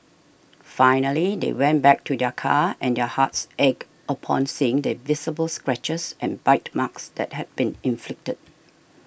finally they went back to their car and their hearts ached upon seeing the visible scratches and bite marks that had been inflicted